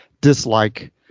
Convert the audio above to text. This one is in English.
dislike